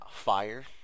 Fire